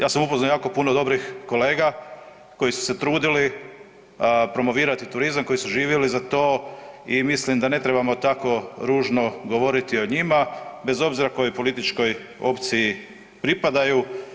Ja sam upozno jako puno dobrih kolega koji su se trudili promovirati turizam, koji su živjeli za to i mislim da ne trebamo tako ružno govoriti o njima bez obzira kojoj političkoj opciji pripadaju.